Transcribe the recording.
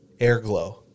Airglow